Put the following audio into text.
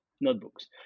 notebooks